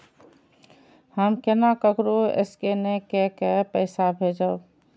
हम केना ककरो स्केने कैके पैसा भेजब?